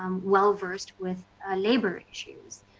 well versed with labor issues.